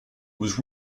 was